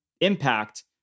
impact